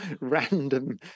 random